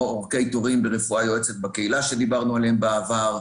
למשל אורך התורים ברפואה יועצת בקהילה שדיברנו עליהם בעבר,